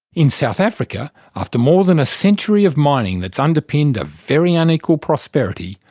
in south africa, after more than a century of mining that's underpinned a very unequal prosperity,